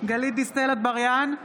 גלית דיסטל אטבריאן,